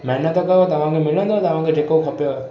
मेहनत कयो तव्हां खे मिलंदव तव्हां खे जेको खपेव